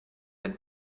ein